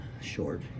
short